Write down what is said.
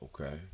Okay